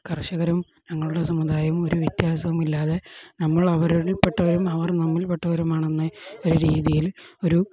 കർഷകരും ഞങ്ങളുടെ സമുദായവും ഒരു വ്യത്യാസവുമില്ലാതെ നമ്മൾ അവരിൽ പെട്ടവരും അവർ നമ്മിൽ പെട്ടവരുമാണെന്ന് ഒരു രീതിയിൽ ഒരു